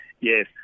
Yes